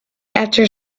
after